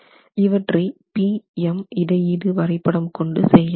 இவற்றை P M இடையீடு வரைபடம் கொண்டு செய்யலாம்